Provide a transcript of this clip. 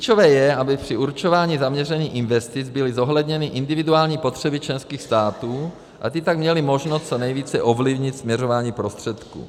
Klíčové je, aby při určování zaměření investic byly zohledněny individuální potřeby členských států a ty tak měly možnost co nejvíce ovlivnit směřování prostředků.